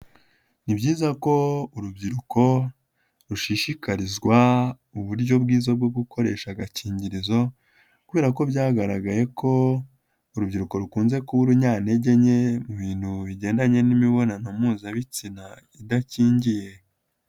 Ni byiza ko urubyiruko rushishikarizwa uburyo bwiza bwo gukoresha agakingirizo kubera ko byagaragaye ko urubyiruko rukunze kuba urunyantege nke, mu bintu bigendanye n'imibonano mpuzabitsina idakingiye.